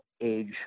age